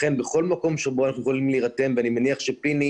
ולכן בכל מקום שבו אנחנו יכולים להירתם ואני מניח שפיני,